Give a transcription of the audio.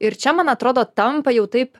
ir čia man atrodo tampa jau taip